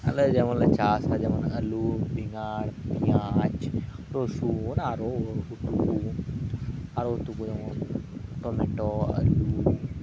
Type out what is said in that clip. ᱟᱞᱮ ᱡᱮᱢᱚᱱ ᱞᱮ ᱪᱟᱥᱟ ᱡᱮᱢᱚᱱ ᱟᱹᱞᱩ ᱵᱮᱸᱜᱟᱲ ᱯᱮᱸᱭᱟᱡᱽ ᱨᱚᱥᱩᱱ ᱟᱨᱚ ᱩᱛᱩ ᱟᱨᱚ ᱩᱛᱩ ᱠᱚ ᱡᱮᱢᱚᱱ ᱴᱚᱢᱮᱴᱳ ᱟᱹᱞᱩ